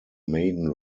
maiden